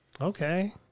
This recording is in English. Okay